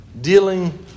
dealing